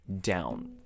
down